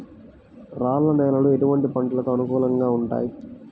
రాళ్ల నేలలు ఎటువంటి పంటలకు అనుకూలంగా ఉంటాయి?